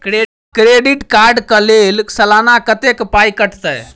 Credit card कऽ लेल सलाना कत्तेक पाई कटतै?